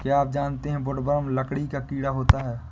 क्या आप जानते है वुडवर्म लकड़ी का कीड़ा होता है?